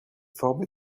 formé